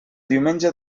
diumenge